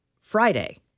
Friday